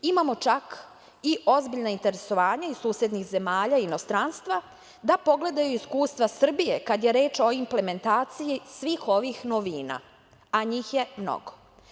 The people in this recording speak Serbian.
Imamo čak i ozbiljna interesovanja iz susednih zemalja i inostranstva da pogledaju iskustva Srbije kada je reč o implementaciji svih ovih novina, a njih je mnogo.